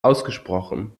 ausgesprochen